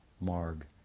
Marg